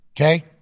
okay